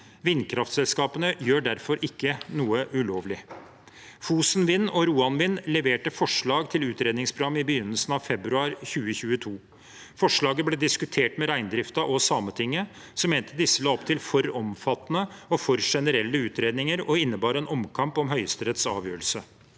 Vindkraftselskapene gjør derfor ikke noe ulovlig. Fosen Vind og Roan Vind leverte forslag til utredningsprogram i begynnelsen av februar 2022. Forslaget ble diskutert med reindriften og Sametinget, som mente disse la opp til for omfattende og for generelle utredninger og innebar en omkamp om Høyesteretts avgjørelse.